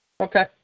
Okay